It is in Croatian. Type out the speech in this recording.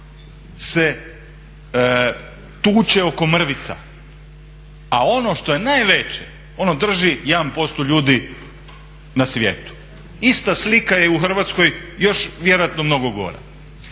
se tuče oko mrvica, a ono što je najveće ono drži 1% ljudi na svijetu. Ista slika je u Hrvatskoj, još vjerojatno mnogo gora.